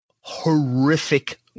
Horrific